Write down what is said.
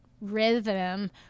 rhythm